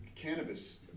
Cannabis